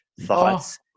thoughts